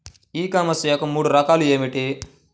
ఈ కామర్స్ యొక్క మూడు రకాలు ఏమిటి?